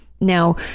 Now